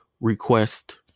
request